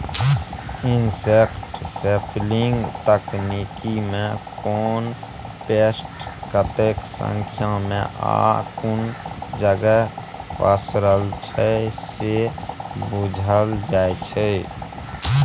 insect sampling तकनीकमे कोन pest कतेक संख्यामे आ कुन जगह पसरल छै से बुझल जाइ छै